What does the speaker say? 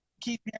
keep